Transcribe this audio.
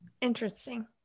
Interesting